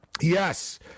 Yes